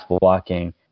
blocking